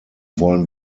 wollen